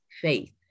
faith